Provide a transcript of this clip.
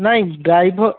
ନାଇଁ ଡ଼୍ରାଇଭର୍